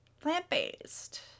plant-based